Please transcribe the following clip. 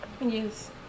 Yes